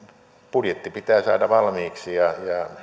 budjetti pitää saada valmiiksi ja